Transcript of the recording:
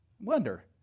Wonder